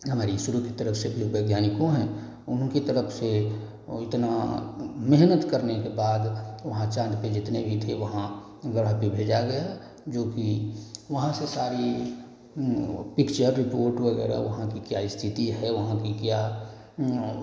हमारी इसरो के तरफ से जो वैज्ञानिकों है उनकी तरफ से इतना मेहनत करने के बाद वहाँ चाँद पर जितने भी थे वहाँ ग्रह पर भेजा गया जो कि वहाँ से सारी पिक्चर रिपोर्ट वगैरह वहाँ की क्या स्थिति है वहाँ की क्या